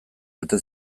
bete